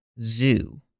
Zoo